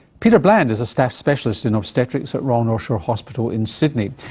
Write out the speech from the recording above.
peter bland is a staff specialist in obstetrics at royal north shore hospital in sydney.